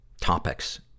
topics